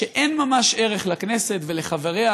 שאין ממש ערך לכנסת ולחבריה,